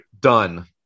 Done